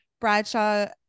bradshaw